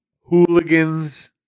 hooligans